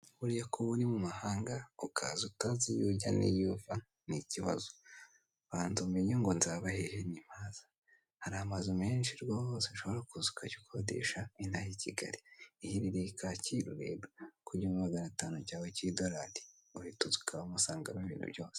Buriya ko uri mu mahanga ukaza utazi iyo ujya niyo uva ni ikibazo. Banza umenye ngo nzabahi nimpaza, hari amazu menshi rwose ushobora kuza ukajya ukodesha inaha i Kigali iherereye kacyiru rero ku gihumbi magana atanu cyawe cy'idoradi guhita uza ukabamo usangamo ibintu byose.